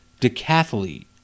decathlete